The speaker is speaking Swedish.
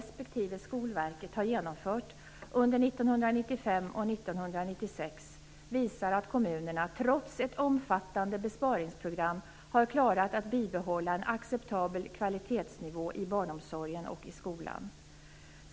Skolverket har genomfört under 1995 och 1996 visar att kommunerna, trots ett omfattande besparingsprogram, har klarat att bibehålla en acceptabel kvalitetsnivå i barnomsorgen och i skolan.